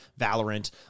Valorant